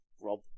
Rob